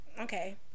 okay